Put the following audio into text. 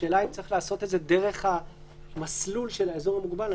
השאלה אם צריך לעשות את זה דרך המסלול של האזור המוגבל.